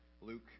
Luke